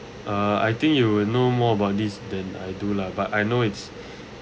uh I think you will know more about this than I do lah but I know it's